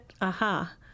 aha